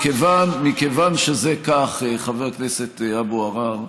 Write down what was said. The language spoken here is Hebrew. מכיוון שזה כך, חבר הכנסת אבו עראר,